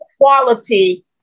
quality